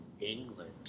England